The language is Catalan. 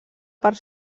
part